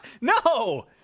No